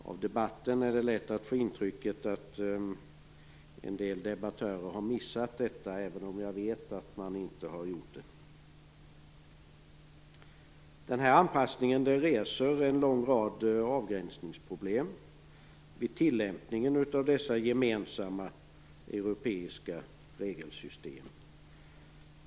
Av debatten kan man lätt få intrycket att en del debattörer har missat detta, men jag vet att det inte är så. Den här anpassningen reser en lång rad avgränsningsproblem vid tillämpningen av dessa gemensamma europeiska regelsystem.